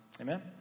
Amen